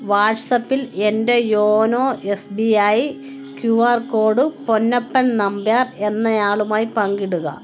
വാട്ട്സ്ആപ്പിൽ എൻ്റെ YONO S B I Q R code Ponnappan Nambiar എന്നയാളുമായി പങ്കിടുക